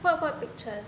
what what pictures